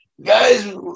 guys